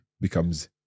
becomes